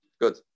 Good